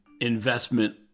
investment